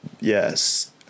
yes